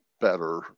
better